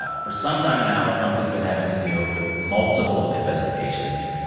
ah for some time now, trump has been having to deal with multiple investigations.